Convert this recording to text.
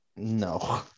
No